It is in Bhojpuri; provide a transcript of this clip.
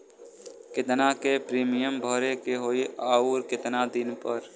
केतना के प्रीमियम भरे के होई और आऊर केतना दिन पर?